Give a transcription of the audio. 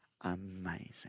amazing